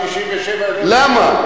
למה?